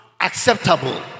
acceptable